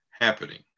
happening